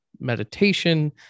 meditation